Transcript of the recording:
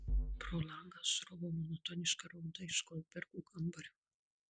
pro langą sruvo monotoniška rauda iš goldbergų kambario